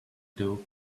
though